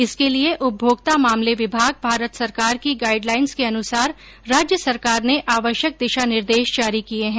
इसके लिए उपभोक्ता मामले विभाग भारत सरकार की गाइड लाइन्स के अनुसार राज्य सरकार ने आवश्यक दिशा निर्देश जारी किये हैं